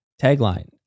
tagline